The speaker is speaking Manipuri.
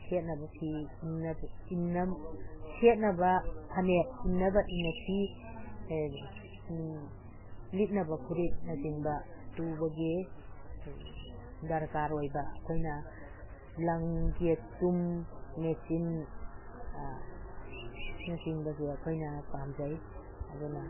ꯁꯦꯠꯅꯕ ꯐꯤ ꯏꯟꯅꯕ ꯁꯦꯠꯅꯕ ꯐꯅꯦꯛ ꯏꯟꯅꯕ ꯏꯟꯅꯐꯤ ꯂꯤꯠꯅꯕ ꯐꯨꯔꯤꯠꯅ ꯆꯤꯡꯕ ꯇꯨꯕꯒꯤ ꯗꯔꯀꯥꯔ ꯑꯣꯏꯕ ꯑꯩꯈꯣꯏꯅ ꯂꯪ ꯌꯦꯇꯨꯝ ꯃꯦꯆꯤꯟ ꯅ ꯆꯤꯡꯕꯁꯦ ꯑꯩꯈꯣꯏꯅ ꯄꯥꯝꯖꯩ ꯑꯗꯨꯅ